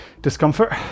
discomfort